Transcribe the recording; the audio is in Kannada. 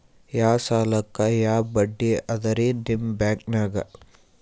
ಯಾ ಸಾಲಕ್ಕ ಯಾ ಬಡ್ಡಿ ಅದರಿ ನಿಮ್ಮ ಬ್ಯಾಂಕನಾಗ?